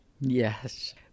yes